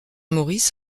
maurice